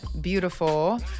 beautiful